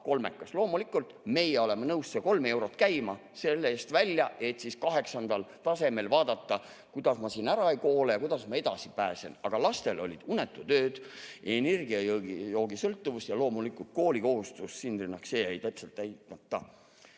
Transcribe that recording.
kolmekas! Loomulikult, meie oleme nõus selle kolm eurot välja käima selle eest, et kaheksandal tasemel vaadata, kuidas ma siin ära ei koole, kuidas ma edasi pääsen. Aga lastel olid unetud ööd, energiajoogisõltuvus ja loomulikult koolikohustus, sindrinahk, see jäi täitmata.